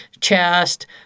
chest